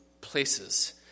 places